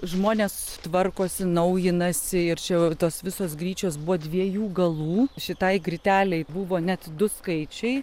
žmonės tvarkosi naujinasi ir čia jau tos visos gryčios buvo dviejų galų šitai grytelei buvo net du skaičiai